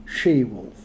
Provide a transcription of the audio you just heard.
she-wolf